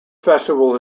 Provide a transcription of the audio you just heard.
festival